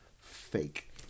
fake